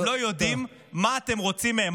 הם לא יודעים מה אתם רוצים מהם.